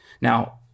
Now